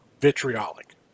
vitriolic